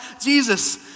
Jesus